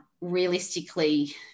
realistically